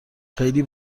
خیلی